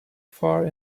far